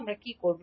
আমরা কি করব